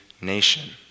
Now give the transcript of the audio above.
nation